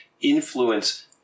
influence